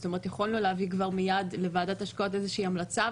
זאת אומרת יכולנו להביא כבר מיד לוועדת ההשקעות איזושהי המלצה,